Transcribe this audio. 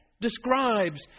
describes